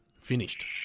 finished